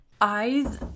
Eyes